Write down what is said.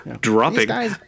Dropping